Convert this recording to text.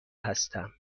هستم